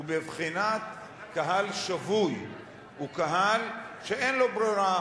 הוא בבחינת קהל שבוי, הוא קהל שאין לו ברירה.